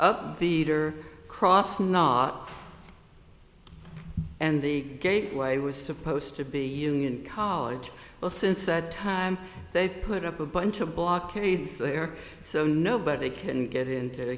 up feeder cross not and the gateway was supposed to be union college well since that time they put up a bunch of blockades there so nobody can get into